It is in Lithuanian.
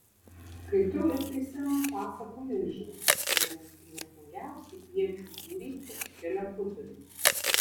skaitau ir prisimenu pasakų milžinus kuriems įnirtingiausi iečių dūriai tesukelia kutulį